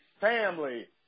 family